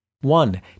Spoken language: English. One